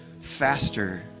faster